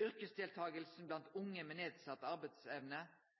Yrkesdeltakinga blant unge med nedsett arbeidsevne